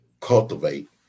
cultivate